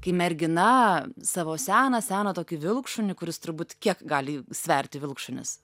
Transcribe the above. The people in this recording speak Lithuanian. kai mergina savo seną seną tokį vilkšunį kuris turbūt kiek gali sverti vilkšunis